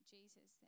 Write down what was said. Jesus